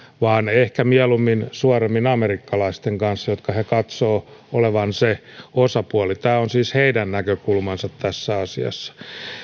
vaan ehkä mieluummin suoremmin amerikkalaisten kanssa joiden he katsovat olevan se osapuoli tämä on siis heidän näkökulmansa tässä asiassa